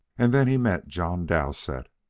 and then he met john dowsett,